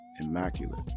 immaculate